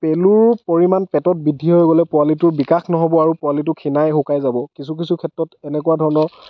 পেলুৰ পৰিমাণ পেটত বৃদ্ধি হৈ গ'লে পোৱালিটোৰ বিকাশ নহ'ব আৰু পোৱালিটো ক্ষীণাই শুকাই যাব কিছু কিছু ক্ষেত্ৰত এনেকুৱা ধৰণৰ